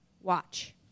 Watch